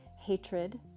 hatred